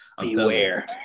beware